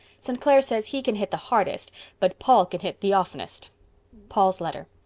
st. clair says he can hit the hardest but paul can hit the oftenest paul's letter.